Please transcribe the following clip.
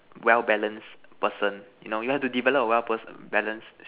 well balanced person you know you have to develop a well person balanced